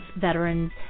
veterans